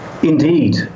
Indeed